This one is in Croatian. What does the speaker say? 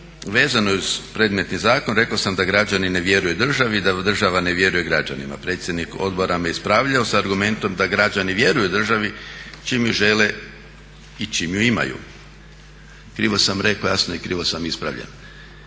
vezanoj uz predmetni zakon rekao sam da građani ne vjeruju državi, da država ne vjeruje građanima. Predsjednik odbora me ispravlja sa argumentom da građani vjeruju državi čim ju žele i čim ju imaju. Krivo sam rekao i jasno krivo sam ispravljen.